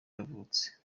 yavutse